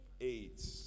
Eight